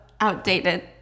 outdated